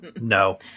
no